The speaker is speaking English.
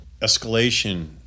escalation